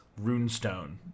runestone